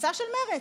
המצע של מרצ.